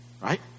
Right